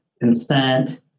consent